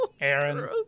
Aaron